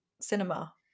cinema